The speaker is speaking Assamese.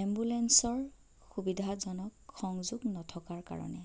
এম্বুলেঞ্চৰ সুবিধাজনক সংযোগ নথকাৰ কাৰণে